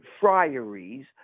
friaries